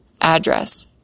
Address